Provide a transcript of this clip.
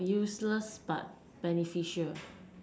useless but beneficial